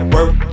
Work